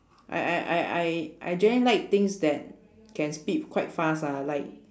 I I I I I generally like things that can speed quite fast ah like